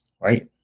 right